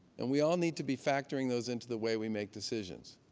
and we all need to be factoring those into the way we make decisions.